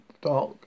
dark